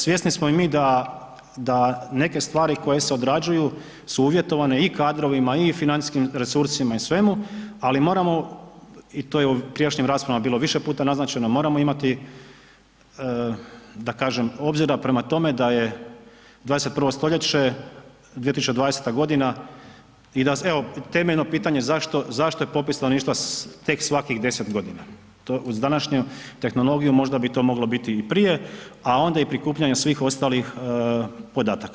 Svjesni smo i mi da neke stvari koje se odrađuju su uvjetovane i kadrovima i financijskim resursima i svemu, ali moramo i to je u prijašnjim raspravama bilo više puta naznačeno, moramo imati da kažem obzira prema tome da je 21. st., 2020. godina i evo, temeljno pitanje, zašto je popis stanovništva tek svakih 10 g. To uz današnju tehnologiju možda bit to moglo biti i prije, a onda i prikupljanje svih ostalih podataka.